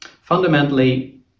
Fundamentally